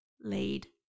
laid